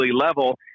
level